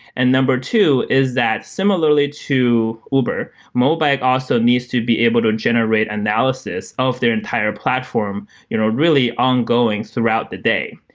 and number two is that similarly to uber, mobike also needs to be able to generate analysis of their entire platform you know really ongoing throughout the day,